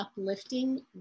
uplifting